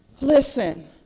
listen